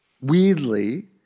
weirdly